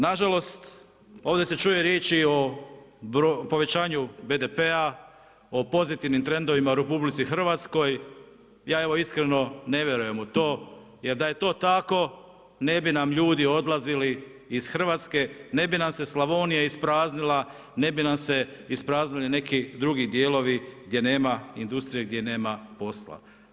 Nažalost ovdje se čuju riječi o povećanju BDP-a, o pozitivnim trendovima u RH, ja evo iskreno ne vjerujem u to jer da je to tako ne bi nam ljudi odlazili iz Hrvatske, ne bi nam se Slavonija ispraznila, ne bi nam se ispraznili neki drugi dijelovi gdje nema industrije, gdje nama posla.